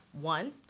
One